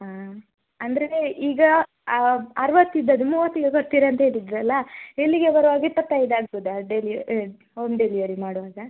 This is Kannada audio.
ಹಾಂ ಅಂದರೆ ಈಗ ಅರ್ವತ್ತು ಇದ್ದದ್ದು ಮೂವತ್ತಿಗೆ ಕೊಡ್ತೀರಂತ ಹೇಳಿದ್ದರಲ್ಲ ಇಲ್ಲಿಗೆ ಬರುವಾಗ ಇಪ್ಪತ್ತೈದು ಆಗ್ಬೌದಾ ಡೇಲಿ ಹೋಮ್ ಡೆಲಿವರಿ ಮಾಡುವಾಗ